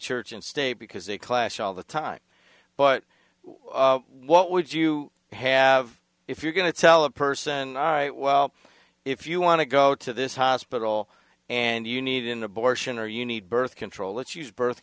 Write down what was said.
church and state because they clash all the time but what would you have if you're going to tell a person i well if you want to go to this hospital and you need an abortion or you need birth control let's use birth